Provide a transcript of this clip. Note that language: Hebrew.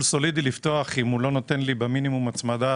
סולידי לפתוח אם הוא לא נותן לי במינימום הצמדה